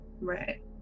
Right